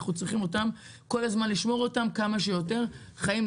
אנחנו צריכים כל הזמן לשמור אותם כמה שיותר חיים,